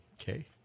Okay